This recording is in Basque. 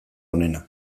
onena